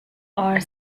are